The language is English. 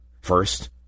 First